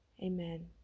Amen